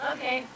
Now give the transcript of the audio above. Okay